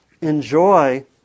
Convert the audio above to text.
enjoy